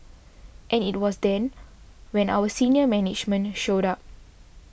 and it was then when our senior management showed up